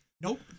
Nope